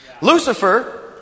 Lucifer